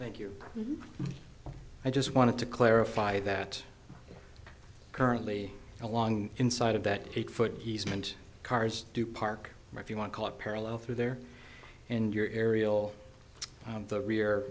thank you i just wanted to clarify that currently along inside of that eight foot easement cars do park if you want to call it parallel through there in your aerial the rear